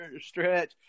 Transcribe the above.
Stretch